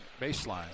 baseline